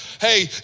hey